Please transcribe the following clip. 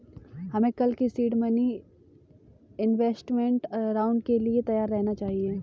हमें कल के सीड मनी इन्वेस्टमेंट राउंड के लिए तैयार रहना चाहिए